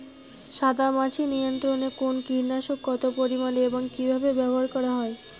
সাদামাছি নিয়ন্ত্রণে কোন কীটনাশক কত পরিমাণে এবং কীভাবে ব্যবহার করা হয়?